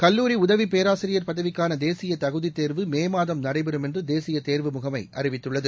கல்லூரிஉதவிபேராசியர் பதவிக்கானதேசியதகுதித்தேர்வு மேமாதம் நடைபெறும் என்றுதேசியதேர்வு முகமைஅறிவித்துள்ளது